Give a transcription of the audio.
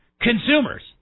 consumers